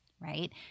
Right